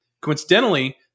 coincidentally